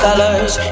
Colors